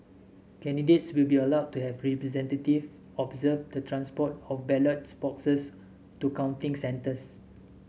candidates will be allowed to have a representative observe the transport of ballots boxes to counting centres